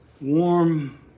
warm